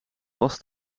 pas